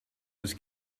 was